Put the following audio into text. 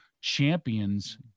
champions